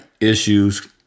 issues